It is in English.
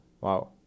Wow